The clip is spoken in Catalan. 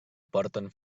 porten